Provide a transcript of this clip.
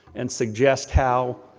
and suggest how